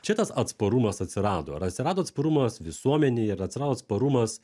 čia tas atsparumas atsirado ar atsirado atsparumas visuomenėj ar atsirado atsparumas